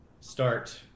start